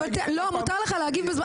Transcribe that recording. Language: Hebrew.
מותר לי להגיב.